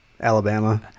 Alabama